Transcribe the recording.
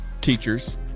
Teachers